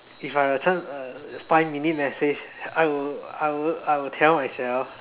if I have a chance uh five minutes message I would I would I would tell myself